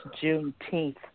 Juneteenth